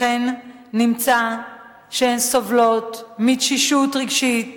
לכן נמצא שהן סובלות מתשישות רגשית